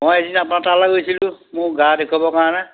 মই এদিন আপোনাৰ তালৈ গৈছিলোঁ মোৰ গা দেখুৱাবৰ কাৰণে